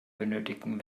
benötigen